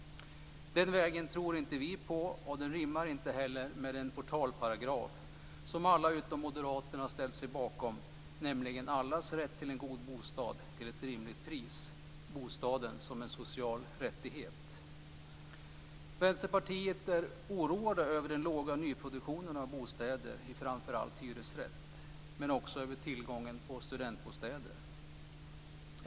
Den vägen tror inte vi på. Den rimmar inte heller med den portalparagraf som alla utom moderaterna ställt sig bakom, nämligen allas rätt till en god bostad till ett rimligt pris - bostaden som en social rättighet. Vi i Vänsterpartiet är oroade över den låga nyproduktionen av bostäder, framför allt när det gäller hyresrätten, men också över tillgången på studentbostäder.